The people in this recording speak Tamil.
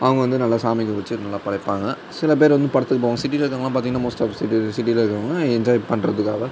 அவங்க வந்து நல்லா சாமிக்கு வச்சு நல்லா படைப்பாங்க சில பேர் வந்து படத்துக்கு போவாங்க சிட்டியில் இருக்கறவங்கள்லாம் பார்த்தீங்கன்னா மோஸ்ட் ஆஃப் சிட்டி சிட்டியில் இருக்கிறவங்க என்ஜாய் பண்ணுறதுக்காக